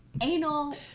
anal